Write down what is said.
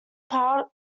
part